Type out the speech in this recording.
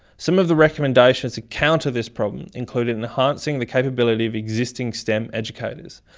some of the recommendations to counter this problem included enhancing the capability of existing stem educators,